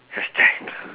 hashtag